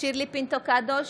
שירלי פינטו קדוש,